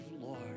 Lord